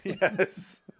Yes